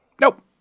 Nope